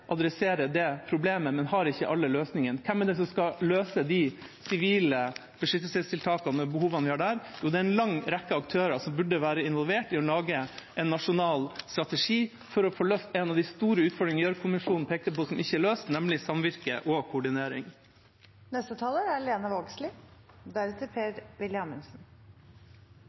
det problemet, men har ikke alle løsningene. Hvem er det som skal løse de sivile beskyttelsestiltakene og de behovene vi har der? Det er en lang rekke aktører som burde være involvert i å lage en nasjonal strategi for å få løst en av de store utfordringene Gjørv-kommisjonen pekte på, som ikke er løst, nemlig samvirke og koordinering. Dette er